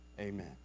Amen